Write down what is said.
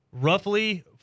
Roughly